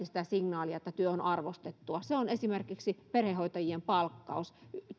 sitä signaalia että työ on arvostettua siihen liittyvät esimerkiksi perhehoitajien palkkaus